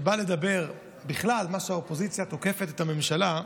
שבא לדבר בכלל על מה שהאופוזיציה תוקפת את הממשלה,